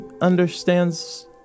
understands